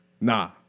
Nah